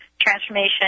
Transformation